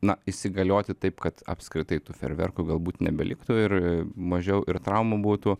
na įsigalioti taip kad apskritai tų fejerverkų galbūt nebeliktų ir mažiau ir traumų būtų